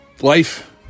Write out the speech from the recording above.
life